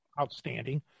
outstanding